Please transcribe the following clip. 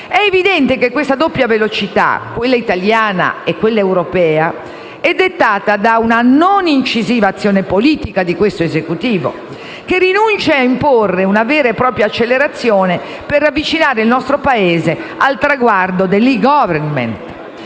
È evidente che questa doppia velocità, quella italiana e quella europea, è dettata da una non incisiva azione politica di questo Esecutivo che rinuncia ad imporre una vera e propria accelerazione per avvicinare il nostro Paese al traguardo dell*'e-government.*